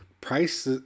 price